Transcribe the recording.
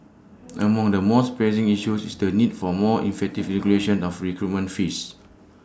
among the most pressing issues is the need for more effective regulation of recruitment fees